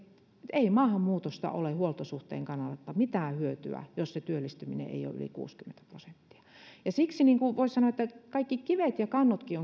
ei maahanmuutosta ole huoltosuhteen kannalta mitään hyötyä jos se työllistyminen ei ole yli kuusikymmentä prosenttia siksi voisi sanoa että on käännettävä kaikki kivet ja kannotkin